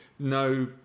No